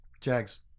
Jag's